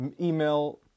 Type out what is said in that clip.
email